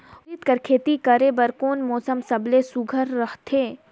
उरीद कर खेती करे बर कोन मौसम सबले सुघ्घर रहथे?